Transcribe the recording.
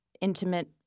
intimate